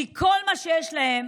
כי כל מה שיש להם,